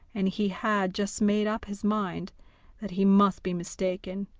and he had just made up his mind that he must be mistaken,